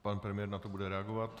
Pan premiér na to bude reagovat.